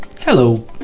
hello